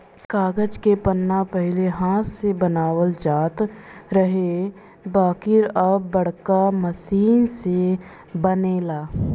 कागज के पन्ना पहिले हाथ से बनावल जात रहे बाकिर अब बाड़का मशीन से बनेला